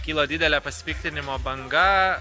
kilo didelė pasipiktinimo banga